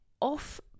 off